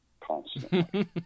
constantly